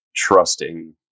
Trusting